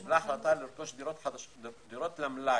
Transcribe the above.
קיבלה החלטה לרכוש דירות למלאי,